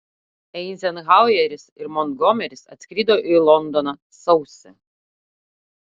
eizenhaueris ir montgomeris atskrido į londoną sausį